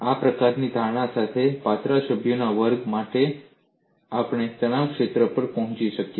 આ પ્રકારની ધારણા સાથે પાતળા સભ્યોના વર્ગ માટે આપણે તણાવના ક્ષેત્રો પર પહોંચી શક્યા